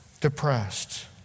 depressed